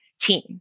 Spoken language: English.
Team